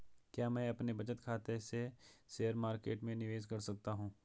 क्या मैं अपने बचत खाते से शेयर मार्केट में निवेश कर सकता हूँ?